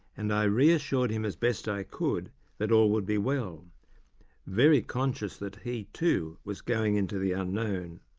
and i reassured him as best i could that all would be well very conscious that he, too, was going into the unknown.